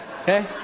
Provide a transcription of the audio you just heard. okay